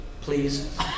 please